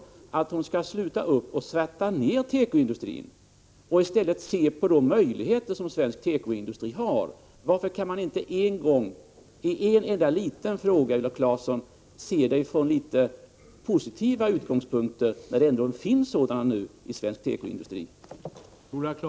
Jag har sagt att hon skall sluta med att svärta ned tekoindustrin och i stället se på de möjligheter som svensk tekoindustri har. Varför kan man inte en gång, Viola Claesson, i en enda liten fråga se det hela från litet positiva utgångspunkter, när det nu ändå finns sådana?